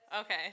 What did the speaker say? Okay